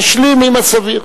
תשלים עם הסביר.